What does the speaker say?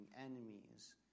enemies